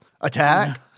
attack